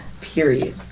Period